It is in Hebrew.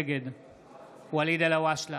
נגד ואליד אלהואשלה,